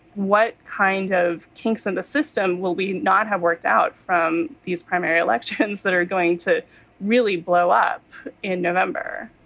what kind of kinks in the system will we not have worked out from these primary elections that are going to really blow up in november?